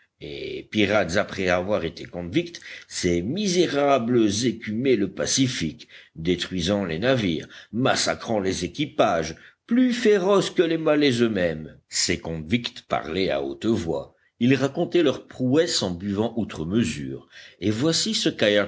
pirates après avoir été convicts ces misérables écumaient le pacifique détruisant les navires massacrant les équipages plus féroces que les malais eux-mêmes ces convicts parlaient à haute voix ils racontaient leurs prouesses en buvant outre mesure et voici ce